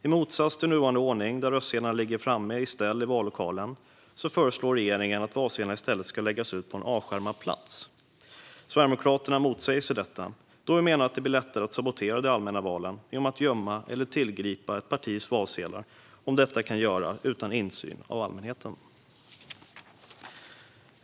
I motsats till nuvarande ordning, där röstsedlarna ligger framme i ställ i vallokalen, föreslår regeringen att valsedlarna ska läggas ut på en avskärmad plats. Sverigedemokraterna motsätter sig detta, då vi menar att det blir lättare att sabotera de allmänna valen genom att gömma eller tillgripa ett partis valsedlar om detta kan göras utan insyn av allmänheten.